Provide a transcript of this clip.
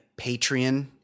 Patreon